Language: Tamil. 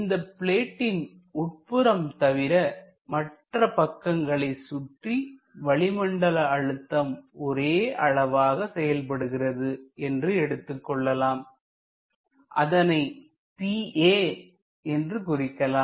இந்த பிளேடிட்ன் உட்புறம் தவிர மற்ற பக்கங்களை சுற்றி வளிமண்டல அழுத்தம் ஒரே அளவாக செயல்படுகிறது என்று எடுத்துக்கொள்ளலாம் அதனை pa என்று குறிக்கலாம்